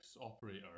operator